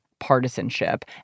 partisanship